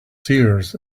seers